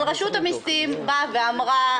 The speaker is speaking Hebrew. אבל רשות המסים אמרה,